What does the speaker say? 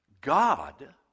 God